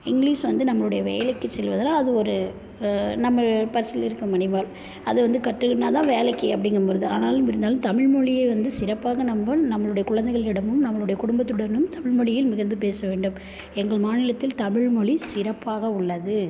English வந்து நம்மளுடைய வேலைக்கு செல்வதில் அது ஒரு நம்ம பர்சில் இருக்கும் மணி போல் அது வந்து கற்றுக்கின்னா தான் வேலைக்கு அப்படிங்கிற மாதிரி தான் ஆனாலும் இருந்தாலும் தமிழ் மொழிய வந்து சிறப்பாக நம்ம நம்மளுடைய குழந்தைகளிடமும் நம்மளுடைய குடும்பத்துடணும் தமிழ் மொழியில் மிகுந்து பேச வேண்டும் எங்கள் மாநிலத்தில் தமிழ் மொழி சிறப்பாக உள்ளது